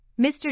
Mr